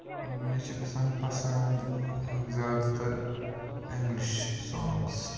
مےٚ چھُ گژھان پَسنٛد زیادٕ تَر اِنٛگلِش سونٛگٕس